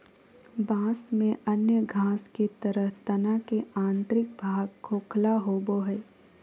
बाँस में अन्य घास के तरह तना के आंतरिक भाग खोखला होबो हइ